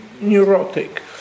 neurotic